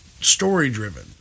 story-driven